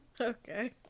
Okay